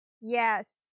Yes